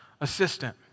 assistant